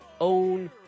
own